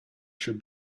should